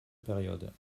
période